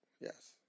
Yes